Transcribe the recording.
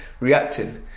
reacting